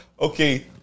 Okay